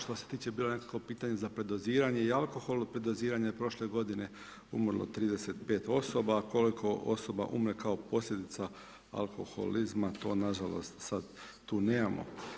Što se tiče bilo je nekako pitanje za predoziranje i alkohol, od predoziranja je prošle godine umrlo 35 osoba a koliko osoba umre kao posljedica alkoholizma to nažalost sad tu nemamo.